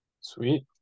Sweet